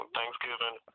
Thanksgiving